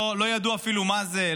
לא ידעו אפילו מה זה,